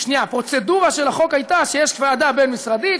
הפרוצדורה של החוק הייתה שיש ועדה בין-משרדית,